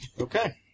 Okay